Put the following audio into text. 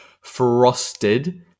Frosted